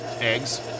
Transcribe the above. eggs